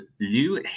Liu